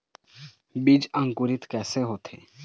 बीज अंकुरित कैसे होथे?